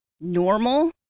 normal